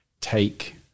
take